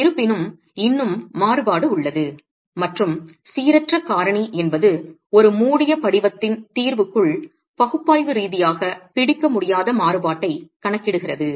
இருப்பினும் இன்னும் மாறுபாடு உள்ளது மற்றும் சீரற்ற காரணி என்பது ஒரு மூடிய படிவத்தின் தீர்வுக்குள் பகுப்பாய்வு ரீதியாகப் பிடிக்க முடியாத மாறுபாட்டைக் கணக்கிடுகிறது